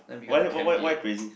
why leh why why why crazy